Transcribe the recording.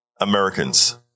Americans